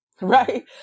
right